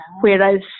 whereas